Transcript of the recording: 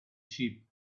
sheep